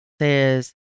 says